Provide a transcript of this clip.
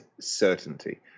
certainty